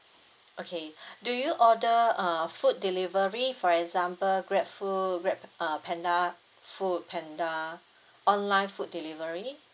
okay do you order err food delivery for example grab food grab uh panda food panda online food delivery